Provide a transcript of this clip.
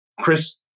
Chris